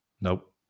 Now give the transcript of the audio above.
Nope